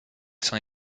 s’en